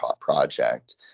project